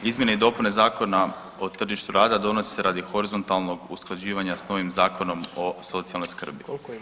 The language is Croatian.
Izmjene i dopune Zakona o tržištu rada donose se radi horizontalnog usklađivanja sa novim Zakonom o socijalnoj skrbi.